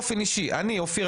אופיר,